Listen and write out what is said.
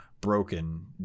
broken